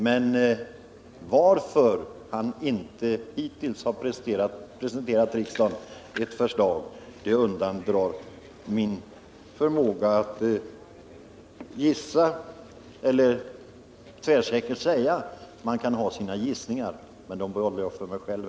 Men anledningen till att han hittills inte har presenterat ett förslag för riksdagen undandrar sig min förmåga att tvärsäkert säga. Jag har mina gissningar, men dem behåller jag för mig själv.